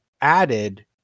added